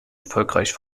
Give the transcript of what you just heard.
erfolgreich